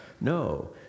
No